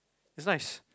it's nice